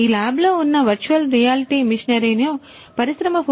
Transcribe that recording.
ఈ ల్యాబ్లో ఉన్న వర్చువల్ రియాలిటీ మెషినరీ ను పరిశ్రమ 4